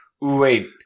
Wait